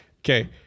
Okay